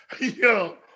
yo